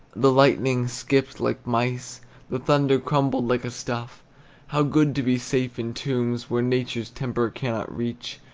the lightning skipped like mice the thunder crumbled like a stuff how good to be safe in tombs, where nature's temper cannot reach,